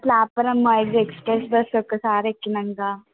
platform మీద express bus ఒక్కసారి ఎక్కానుగా